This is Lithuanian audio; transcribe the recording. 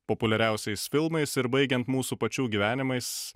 populiariausiais filmais ir baigiant mūsų pačių gyvenimais